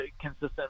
consistent